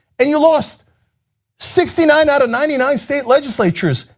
and you lost sixty nine out of ninety nine state legislatures,